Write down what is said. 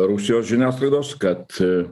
rusijos žiniasklaidos kad